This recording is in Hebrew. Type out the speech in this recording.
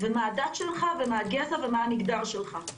מה הדת שלך, ומה הגזע, ומה המגדר שלך.